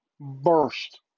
burst